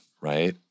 right